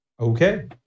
Okay